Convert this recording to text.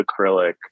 acrylic